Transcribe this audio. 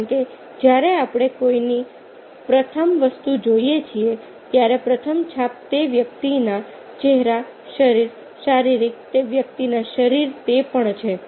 કારણ કે જ્યારે આપણે કોઈને પ્રથમ વસ્તુ જોઈએ છીએ ત્યારે પ્રથમ છાપ તે વ્યક્તિના ચહેરા શરીર શારીરિક તે વ્યક્તિના શરીર તે પણ છે